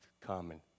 Common